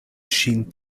ŝin